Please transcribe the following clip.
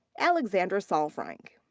alexandra saalfrank.